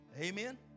Amen